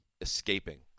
escaping